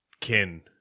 kin